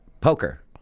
Poker